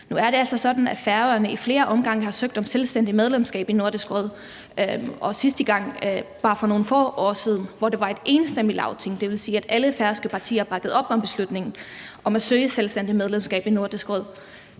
Nu er det altså sådan, at Færøerne i flere omgange har søgt om selvstændigt medlemskab af Nordisk Råd, og sidste gang, bare for nogle få år siden, var det et enstemmigt Lagting, det vil sige, at alle færøske partier bakkede op om beslutningen om at søge selvstændigt medlemskab i Nordisk Råd.